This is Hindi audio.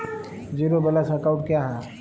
ज़ीरो बैलेंस अकाउंट क्या है?